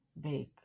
big